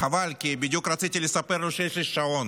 חבל, כי בדיוק רציתי לספר לו שיש לי שעון,